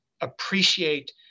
appreciate